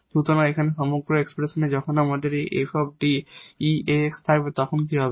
সুতরাং এখানে সমগ্র এক্সপ্রেশনে যখন আমাদের এই 𝑓 𝐷 𝑒 𝑎𝑥 থাকবে তখন কি হবে